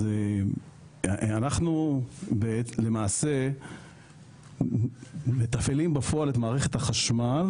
אנחנו למעשה מתפעלים בפועל את מערכת החשמל